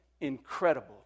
incredible